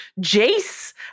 Jace